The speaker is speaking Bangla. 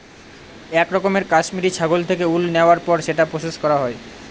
এক রকমের কাশ্মিরী ছাগল থেকে উল নেওয়ার পর সেটা প্রসেস করা হয়